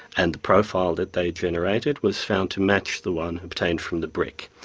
and the profile that they generated was found to match the one obtained from the brick.